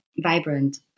vibrant